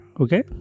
okay